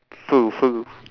!foo! !foo!